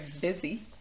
busy